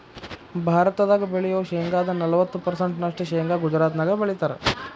ಭಾರತದಾಗ ಬೆಳಿಯೋ ಶೇಂಗಾದ ನಲವತ್ತ ಪರ್ಸೆಂಟ್ ನಷ್ಟ ಶೇಂಗಾ ಗುಜರಾತ್ನ್ಯಾಗ ಬೆಳೇತಾರ